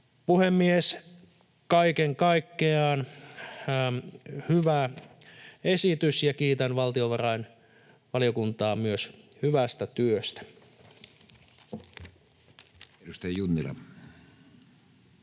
Puhemies! Kaiken kaikkiaan hyvä esitys, ja kiitän valtiovarainvaliokuntaa hyvästä työstä.